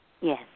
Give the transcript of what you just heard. Yes